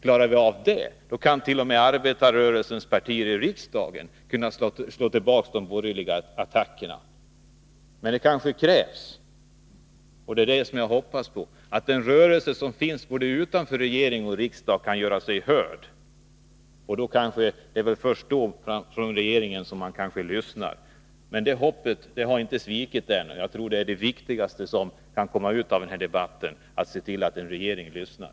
Klarar vi av det problemet kan arbetarrörelsens partier i riksdagen t.o.m. slå tillbaka de borgerliga attackerna. Men det krävs kanske att den rörelse som finns utanför regering och riksdag kan göra sig hörd — och det är det som jag hoppas på. Det är väl först då som regeringen lyssnar. Hoppet har inte gått förlorat än. Jag tror att det viktigaste som kan komma ut av den här debatten är att man ser till att regeringen lyssnar.